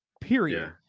period